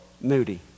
Moody